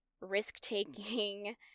risk-taking